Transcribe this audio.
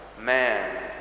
man